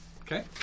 Okay